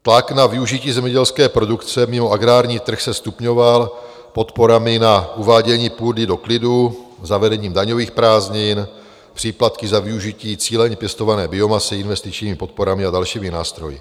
Tlak na využití zemědělské produkce mimo agrární trh se stupňoval podporami na uvádění půdy do klidu zavedením daňových prázdnin, příplatky za využití cíleně pěstované biomasy, investičními podporami a dalšími nástroji.